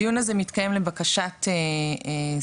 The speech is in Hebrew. הדיון הזה מתקיים לבקשת סטודנטים,